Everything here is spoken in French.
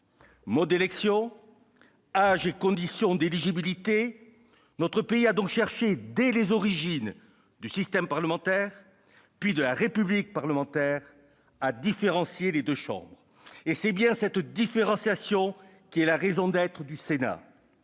Mode d'élection, âge et conditions d'éligibilité, notre pays a donc cherché dès les origines du système parlementaire puis de la République parlementaire à différencier les deux chambres. C'est bien cette différenciation qui est la raison d'être du Sénat.